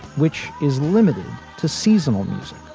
which is limited to seasonal music.